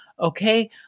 okay